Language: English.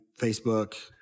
Facebook